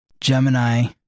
Gemini